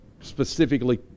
specifically